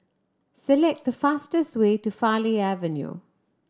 select the fastest way to Farleigh Avenue